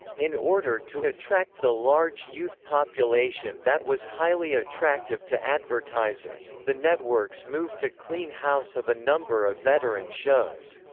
in order to attract the large youth population that was highly attractive to advertisers, the networks moved to clean house of a number of veteran shows.